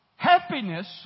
Happiness